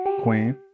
queen